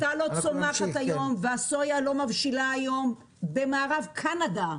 החיטה לא צומחת היום והסויה לא מבשילה היום במערב קנדה.